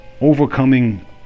overcoming